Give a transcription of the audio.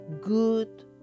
good